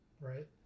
right